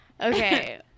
Okay